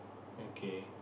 okay